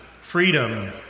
freedom